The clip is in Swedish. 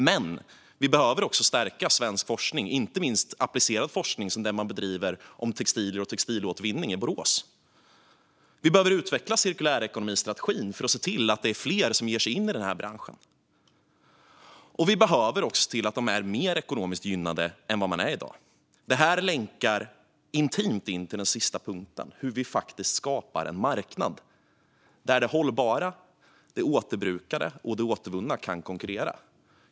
Men vi behöver också stärka svensk forskning, inte minst applicerad forskning som den om textilier och textilåtervinning som bedrivs i Borås. Vi behöver utveckla cirkulärekonomistrategin för att se till att fler ger sig in i branschen. Och vi behöver se till att de är mer ekonomiskt gynnade än i dag. Detta är intimt länkat till den sista punkten, hur vi skapar en marknad där det hållbara, det återbrukade och det återvunna kan konkurrera.